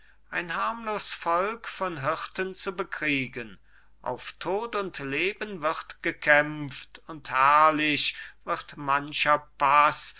ein harmlos volk von hirten zu bekriegen auf tod und leben wird gekämpft und herrlich wir mancher pass